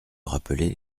rappeler